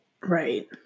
Right